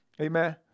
Amen